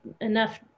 enough